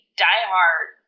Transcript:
diehard